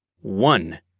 One